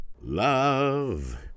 Love